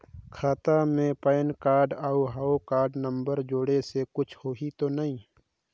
खाता मे PAN card और हव कारड नंबर जोड़े से कुछ होही तो नइ?